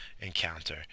encounter